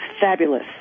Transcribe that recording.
fabulous